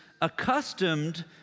accustomed